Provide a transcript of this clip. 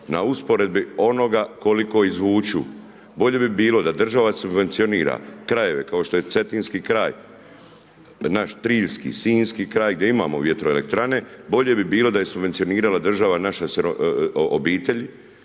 na usporedbi onoga koliko izvuku. Bolje bi bilo da država subvencionira krajeve kao što je Cetinski kraj, naš triljski, sinjski kraj gdje imamo vjetroelektrane, bolje bi bilo da je subvencionirala država naše obitelji